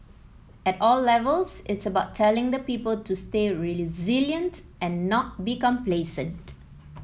at all levels it's about telling the people to stay resilient and not be complacent